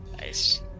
Nice